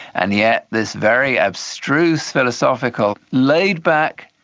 and yet this very abstruse philosophical, laid-back,